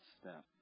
step